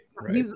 right